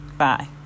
Bye